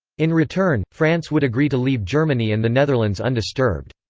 in return, france would agree to leave germany and the netherlands undisturbed.